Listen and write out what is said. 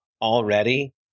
already